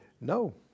No